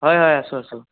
হয় হয় আছোঁ আছোঁ